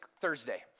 Thursday